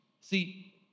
See